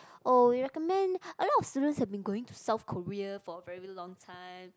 oh we recommend a lot of students have been going to South Korea for a very long time